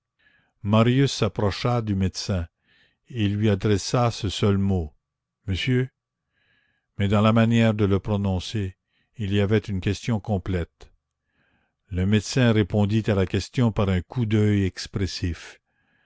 marius s'approcha du médecin il lui adressa ce seul mot monsieur mais dans la manière de le prononcer il y avait une question complète le médecin répondit à la question par un coup d'oeil expressif